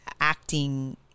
acting